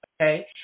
okay